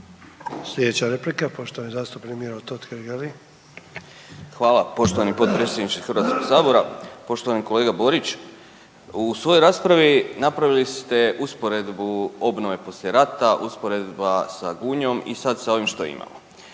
Sljedeća replika poštovani zastupnik Miro Totgergeli. **Totgergeli, Miro (HDZ)** Hvala poštovani potpredsjedniče Hrvatskog sabora. Poštovani kolega Borić, u svojoj raspravi napravili ste usporedbu obnove poslije rata, usporedba sa Gunjom i sad sa ovim što imamo.